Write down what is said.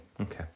okay